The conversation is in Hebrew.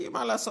כי מה לעשות,